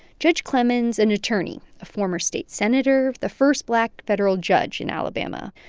judge clemon's an attorney, a former state senator, the first black federal judge in alabama.